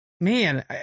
man